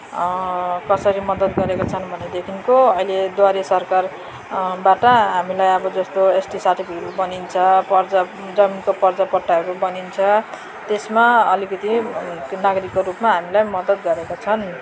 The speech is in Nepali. कसरी मद्दत गरेको छन् भनेदेखिको अहिले द्वारे सरकार बाट हामीलाई अब जस्तो एसटी सार्टिफिकेट बनिन्छ पर्जा जमिनको पर्जापट्टाहरू बनिन्छ त्यसमा अलिकति नागरिकको रूपमा हामीलाई मद्दत गरेको छन्